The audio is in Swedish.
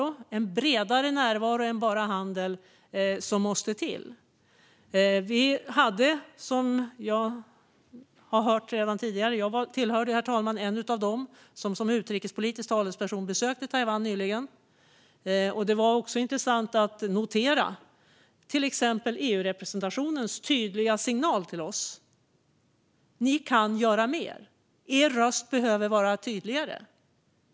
Det är en bredare närvaro än bara handel som måste till. Jag var, herr talman, en av dem som i egenskap av utrikespolitiska talespersoner besökte Taiwan nyligen. Det var intressant att notera till exempel EU-representationens tydliga signal till oss: Ni kan göra mer. Er röst behöver vara tydligare.